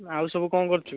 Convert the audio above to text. ଆଉ ସବୁ କ'ଣ କରିଛୁ